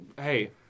Hey